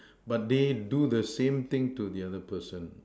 but they do the same thing to the other person